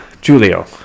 Julio